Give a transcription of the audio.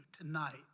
tonight